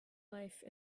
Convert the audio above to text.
life